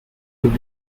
with